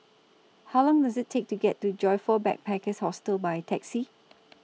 How Long Does IT Take to get to Joyfor Backpackers' Hostel By Taxi